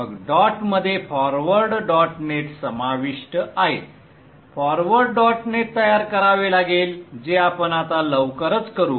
मग डॉट मध्ये forward dot net समाविष्ट आहे फॉरवर्ड डॉट नेट तयार करावे लागेल जे आपण आता लवकरच करू